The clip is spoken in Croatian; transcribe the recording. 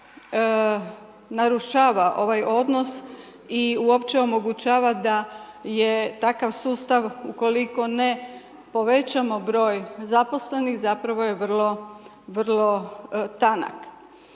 narušava ovaj odnos i uopće omogućava da je takav sustav, ukoliko ne povećamo broj zaposlenih zapravo je vrlo tanak.